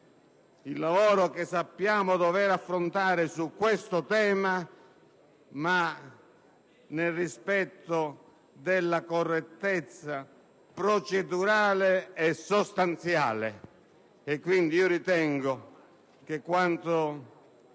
il lavoro che sappiamo dover affrontare su questo tema nel rispetto della correttezza procedurale e sostanziale. Ritengo quindi che quanto